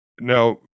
Now